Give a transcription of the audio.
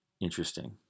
Interesting